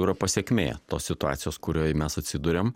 yra pasekmė tos situacijos kurioj mes atsiduriam